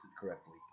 correctly